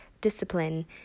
discipline